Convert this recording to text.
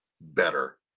better